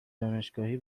دانشگاهی